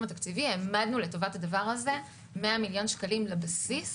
התקציבי העמדנו לטובת הדבר הזה 100 מיליון שקלים לבסיס